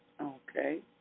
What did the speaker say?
Okay